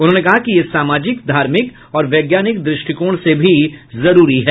उन्होंने कहा कि यह सामाजिक धार्मिक और वैज्ञानिक दृष्टिकोण से भी जरूरी है